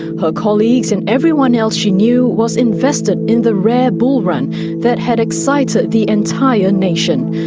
her colleagues and everyone else she knew was invested in the rare bull run that had excited the entire nation.